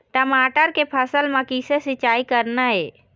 टमाटर के फसल म किसे सिचाई करना ये?